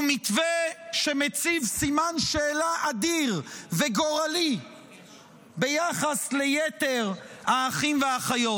והוא מתווה שמציב סימן שאלה אדיר וגורלי ביחס ליתר האחים והאחיות.